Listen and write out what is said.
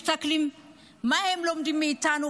מסתכלים ומה הם לומדים מאיתנו?